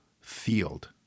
field